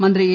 മന്ത്രി എ